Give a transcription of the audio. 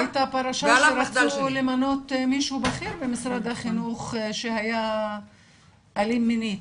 הייתה פרשה שרצו למנות מישהו בכיר במשרד החינוך שהיה אלים מינית.